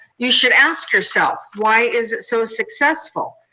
you should ask yourself, why is it so successful?